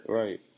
right